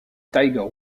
tiger